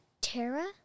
Tara